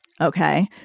Okay